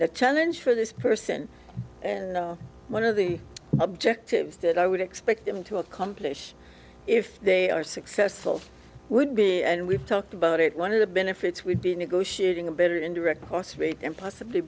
the challenge for this person and one of the objectives that i would expect them to accomplish if they are successful would be and we've talked about it one of the benefits would be negotiating a better indirect cost rate and possibly